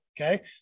Okay